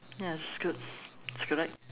ya that's good it's correct